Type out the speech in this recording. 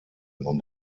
man